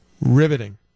Riveting